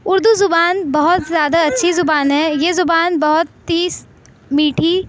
اردو زبان بہت زیادہ اچھی زبان ہے یہ زبان بہت تیس میٹھی